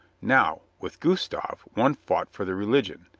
now, with gustav one fought for the religion,